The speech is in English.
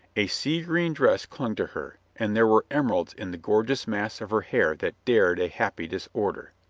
a sea-green dress clung to her, and there were emeralds in the gor geous mass of her hair that dared a happy disorder.